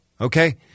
Okay